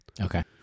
Okay